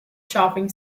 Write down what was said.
shopping